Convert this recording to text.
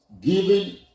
giving